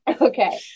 Okay